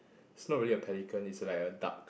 is not really a pelican is like a duck